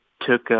took